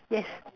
yes